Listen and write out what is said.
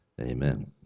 Amen